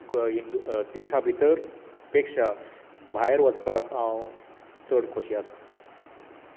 हिंदु देशा भितर पेक्षा भायर वचपाक हांव चड खोशी आसां